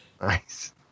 Nice